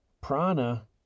prana